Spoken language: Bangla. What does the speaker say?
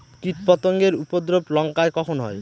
কীটপতেঙ্গর উপদ্রব লঙ্কায় কখন হয়?